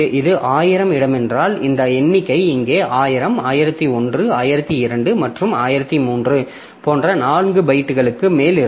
இது 1000 இடம் என்றால் இந்த எண்ணிக்கை இங்கே 1000 1001 1002 மற்றும் 1003 போன்ற 4 பைட்டுகளுக்கு மேல் இருக்கும்